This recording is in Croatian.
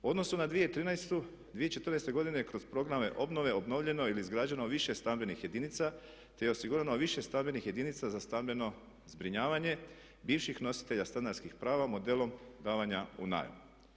U odnosu na 2013., 2014. godine kroz programe obnove obnovljeno je ili izgrađeno više stambenih jedinica te je osigurano više stambenih jedinica za stambeno zbrinjavanje bivših nositelja stanarskih prava modelom davanja u najam.